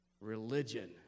Religion